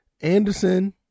anderson